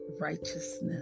righteousness